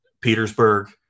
Petersburg